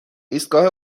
ایستگاه